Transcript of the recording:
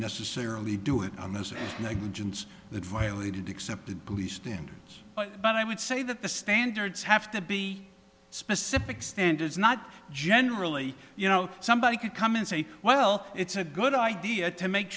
necessarily do it on this negligence that violated the accepted police standards but i would say that the standards have to be specific standards not generally you know somebody could come and say well it's a good idea to make